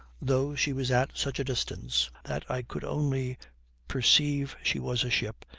though she was at such a distance that i could only perceive she was a ship,